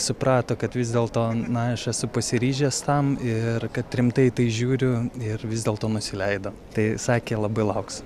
suprato kad vis dėlto na aš esu pasiryžęs tam ir kad rimtai į tai žiūriu ir vis dėlto nusileido tai sakė labai lauks